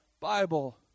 Bible